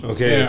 Okay